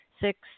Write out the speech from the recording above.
six